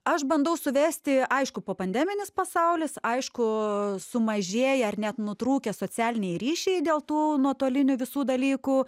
aš bandau suvesti aišku popandeminis pasaulis aišku sumažėję ar net nutrūkę socialiniai ryšiai dėl tų nuotolinių visų dalykų